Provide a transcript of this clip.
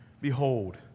Behold